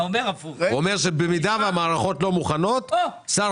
הוא אומר שבמידה שהמערכות לא מוכנות שר